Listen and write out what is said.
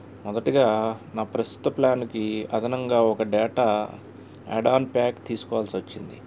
మొదటిగా నా ప్రస్తుత ప్లాన్కి అదనంగా ఒక డేటా యాడ్ ఆన్ ప్యాక్ తీసుకోవలసి వచ్చింది